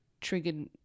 triggered